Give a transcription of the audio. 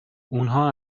اونها